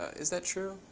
is that true?